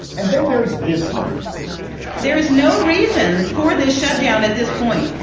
and then there's this woman there is no reason for this shut down at this point.